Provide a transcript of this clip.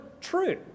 true